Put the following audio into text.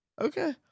okay